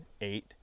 eight